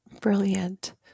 brilliant